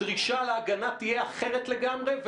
הדרישה להגנה תהיה אחרת לגמרי.